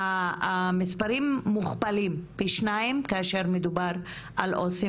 המספרים שם מוכפלים פי שניים כאשר מדובר על עובדים